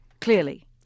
clearly